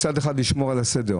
מצד אחד לשמור על הסדר,